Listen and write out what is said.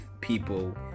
people